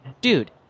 Dude